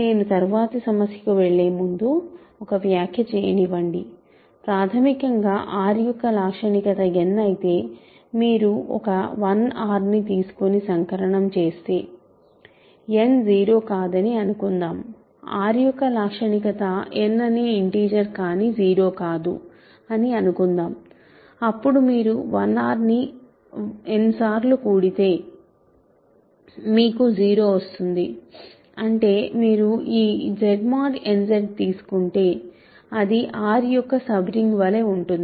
నేను తరువాతి సమస్యకు వెళ్ళే ముందు ఒక వ్యాఖ్య చేయనివ్వండి ప్రాథమికంగా R యొక్క లాక్షణికత n అయితే మీరు ఒక 1R ని తీసుకొని సంకలనం చేస్తే n 0 కాదని అనుకుందాం R యొక్క లాక్షణికత n అనే ఇంటిజర్ కానీ 0 కాదు అని అనుకుందాం అప్పుడు మీరు 1Rని n సార్లు కూడితే మీకు 0 వస్తుంది అంటే మీరు ఈ Z mod n Z తీసుకుంటే అది R యొక్క సబ్ రింగ్ వలె ఉంటుంది